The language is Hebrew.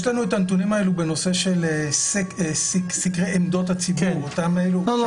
יש לנו את הנתונים האלה בנושא של סקרי עמדות הציבור --- טוב,